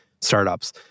startups